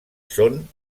són